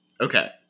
Okay